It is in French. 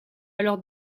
alors